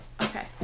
Okay